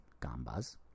gambas